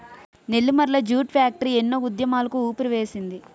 Nellimarla jute factory ఎన్నో ఉద్యమాలకు ఊపిరివేసింది